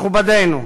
מכובדנו,